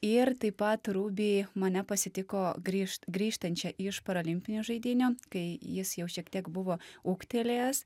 ir taip pat rubi mane pasitiko grįžt grįžtančią iš parolimpinių žaidynių kai jis jau šiek tiek buvo ūgtelėjęs